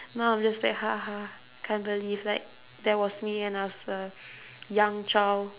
now I'm just like ha ha can't believe like that was me when I was a young child